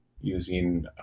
using